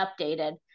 updated